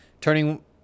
Turning